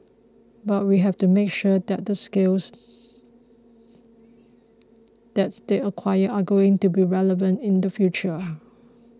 but we have to make sure that the skills that they acquire are going to be relevant in the future